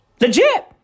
Legit